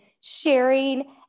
sharing